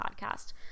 podcast